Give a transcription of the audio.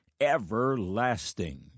everlasting